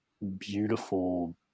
beautiful